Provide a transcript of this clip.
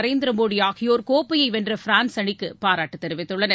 நரேந்திர மோடி ஆகியோர் கோப்பையை வென்ற பிரான்ஸ் அணிக்கு பாராட்டு தெரிவித்துள்ளனர்